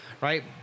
right